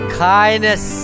kindness